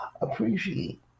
appreciate